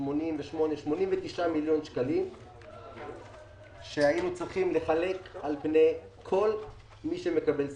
89 מיליון שקלים שהיינו צריכים לחלק על פני כל מי שמקבל סבסוד.